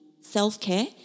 self-care